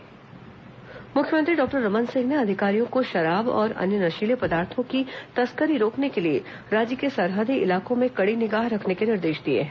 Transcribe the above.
मुख्यमंत्री video conferencing मुख्यमंत्री doctor Raman Singh ने अधिकारियों को शराब और अन्य नशीले पदार्थों की तस्करी रोकने के लिए राज्य के सरहदी इलाकों में कड़ी निगाह रखने के निर्देश दिए हैं